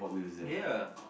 ya